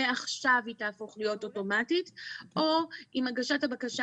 מעכשיו היא תהפוך להיות אוטומטית או אם הגשת הבקשה